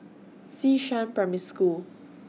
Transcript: Xishan Primary School